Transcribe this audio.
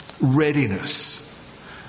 readiness